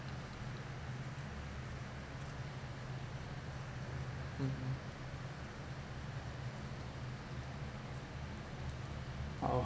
mmhmm !wow!